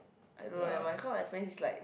I don't know eh my course my friends is like